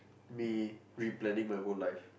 me replanning my whole life